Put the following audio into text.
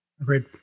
Agreed